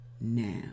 now